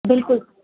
बिल्कुलु